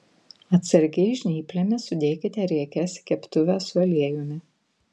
atsargiai žnyplėmis sudėkite riekes į keptuvę su aliejumi